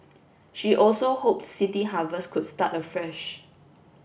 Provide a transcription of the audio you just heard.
she also hope City Harvest could start afresh